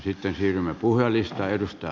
sitten siirrymme puhujalistaan